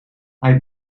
hij